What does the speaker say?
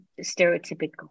stereotypical